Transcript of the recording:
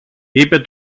είπε